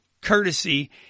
courtesy